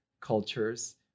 cultures